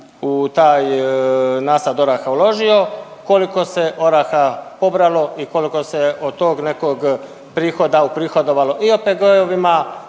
u taj nasad oraha uložio, koliko se oraha pobralo i koliko se od tog nekog prihoda uprihodovalo i OPG-ovima